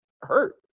hurt